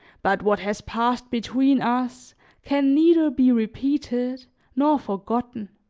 but what has passed between us can neither be repeated nor forgotten.